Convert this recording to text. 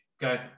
go